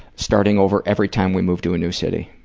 starting over every time we move to a new city.